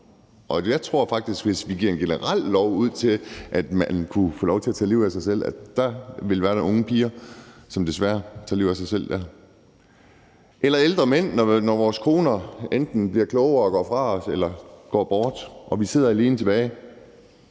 og jeg tror faktisk, at der, hvis vi giver en generel lov til, at man kunne få lov til at tage livet af sig selv, desværre ville være nogle unge piger, som tager livet af sig selv, ja, eller ældre mænd, når vores koner enten bliver klogere og går fra os eller de går bort, og vi sidder alene tilbage,